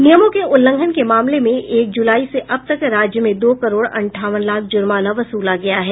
नियमों के उल्लंघन के मामले में एक जुलाई से अब तक राज्य में दो करोड़ अंठावन लाख जुर्माना वसूला गया है